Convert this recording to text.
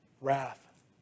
Wrath